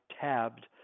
tabbed